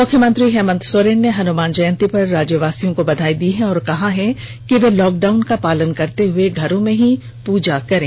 मुख्यमंत्री हेमन्त सोरेन ने हनुमान जयन्ती पर राज्यवासियों को बधाई दी है और कहा है कि वे लॉकडाउन का पालन करते हुए घरों में ही पूजा करें